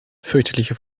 fürchterliche